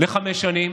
לחמש שנים,